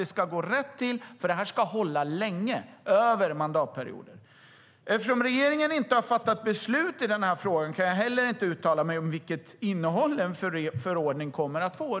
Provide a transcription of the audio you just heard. Det ska gå rätt till, för det här ska hålla länge och över många mandatperioder. Eftersom regeringen inte har fattat beslut i frågan kan jag heller inte uttala mig om vilket innehåll en förordning kommer att få.